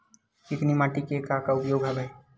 चिकनी माटी के का का उपयोग हवय?